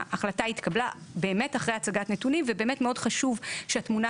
ההחלטה התקבלה באמת אחרי הצגת נתונים ובאמת מאוד חשוב שהתמונה